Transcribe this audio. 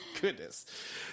Goodness